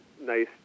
nice